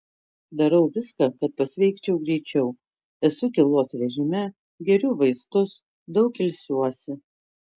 darau viską kad pasveikčiau greičiau esu tylos režime geriu vaistus daug ilsiuosi